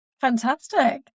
Fantastic